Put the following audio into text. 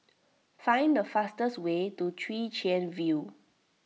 find the fastest way to Chwee Chian View